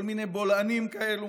כל מיני בולענים כאלו.